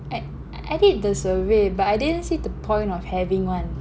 I I did the survey but I didn't see the point of having one